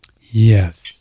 Yes